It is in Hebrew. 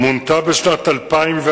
מונתה בשנת 2001,